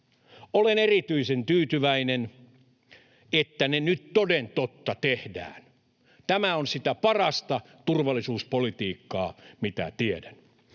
Olen erityisen tyytyväinen, että ne nyt toden totta tehdään. Tämä on sitä parasta turvallisuuspolitiikkaa, mitä tiedän.